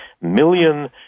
million